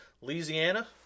Louisiana